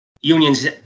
unions